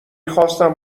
خواستم